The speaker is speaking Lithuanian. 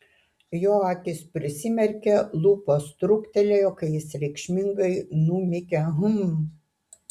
jo akys prisimerkė lūpos truktelėjo kai jis reikšmingai numykė hm